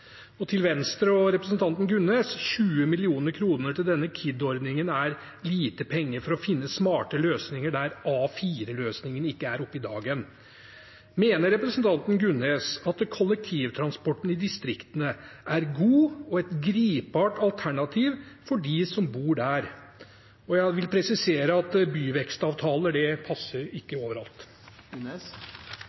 Og til Venstre og representanten Gunnes: 20 mill. kr til denne KID-ordningen er lite penger for å finne smarte løsninger der A4-løsningene ikke er oppe i dagen. Mener representanten Gunnes at kollektivtransporten i distriktene er god, og et gripbart alternativ for dem som bor der? Jeg vil presisere at byvekstavtaler passer ikke overalt.